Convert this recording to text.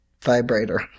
vibrator